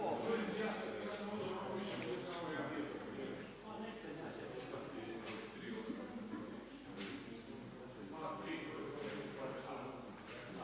Hvala vam